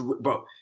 bro